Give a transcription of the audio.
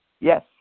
Yes